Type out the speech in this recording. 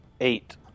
Eight